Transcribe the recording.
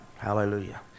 Hallelujah